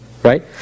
Right